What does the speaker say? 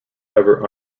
ever